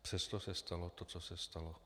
Přesto se stalo to, co se stalo.